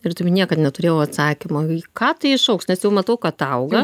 ir taip niekad neturėjau atsakymo į ką tai išaugs nes jau matau kad auga